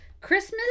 Christmas